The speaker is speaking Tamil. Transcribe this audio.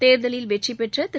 தேர்தலில் வெற்றி பெற்ற திரு